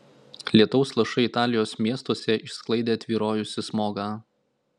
lietaus lašai italijos miestuose išsklaidė tvyrojusį smogą